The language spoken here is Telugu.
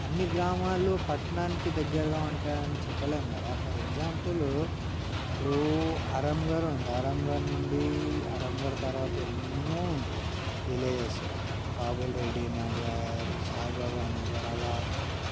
అన్ని గ్రామాలు పట్టణానికి దగ్గరగా ఉంటాయని చెప్పలేం గదా ఫర్ ఎగ్జాంపులు ఇప్పుడు అరంగర్ ఉంది అరంగర్ నుండి అరంగర్ తర్వాత ఎన్నో ఉంటాయి విలేజెసు పావుల రెడ్డి నగర్ సాయి బాబా నగర్ అలా